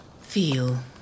Feel